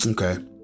okay